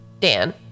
Dan